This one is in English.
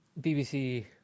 BBC